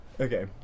Okay